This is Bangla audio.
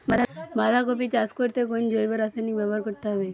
বাঁধাকপি চাষ করতে কোন জৈব রাসায়নিক ব্যবহার করতে হবে?